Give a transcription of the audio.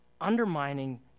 undermining